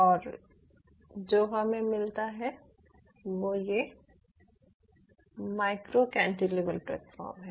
और जो हमे मिलता है वो ये माइक्रो कैंटिलीवर प्लेटफॉर्म है